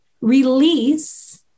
release